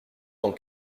tant